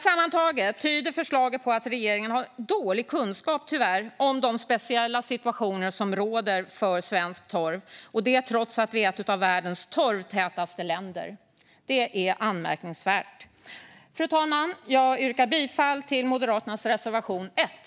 Sammantaget tyder alltså förslaget på att regeringen tyvärr har dålig kunskap om de speciella situationer som råder för svensk torv - och det trots att vi är ett av världens torvtätaste länder. Det är anmärkningsvärt. Fru talman! Jag yrkar bifall till Moderaternas reservation 1.